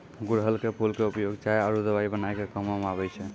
गुड़हल के फूल के उपयोग चाय आरो दवाई बनाय के कामों म आबै छै